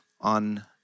on